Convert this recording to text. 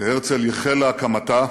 שהרצל ייחל להקמתה,